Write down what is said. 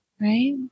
right